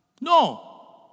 No